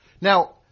Now